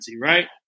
right